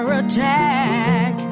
attack